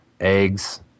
eggs